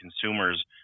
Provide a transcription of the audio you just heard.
consumers